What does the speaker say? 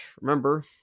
remember